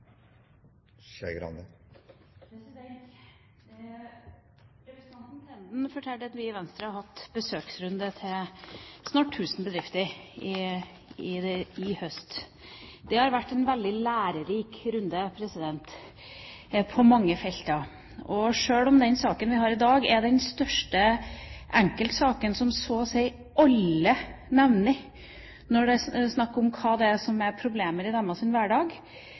Representanten Tenden fortalte at vi i Venstre har hatt besøksrunde til snart 1 000 bedrifter i høst. Det har vært en veldig lærerik runde på mange felt. Sjøl om den saken vi behandler her i dag, er den største enkeltsaken som så å si alle nevner når det er snakk om hva som er problemet i deres hverdag, er